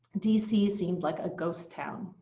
dc seemed like a ghost town.